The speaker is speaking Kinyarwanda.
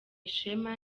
ishema